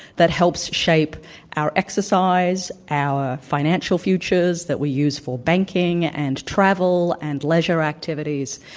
that helps shape our exercise, our financial future s, that we use for banking and travel and leisure activities.